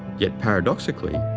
yet, paradoxically,